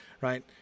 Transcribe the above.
right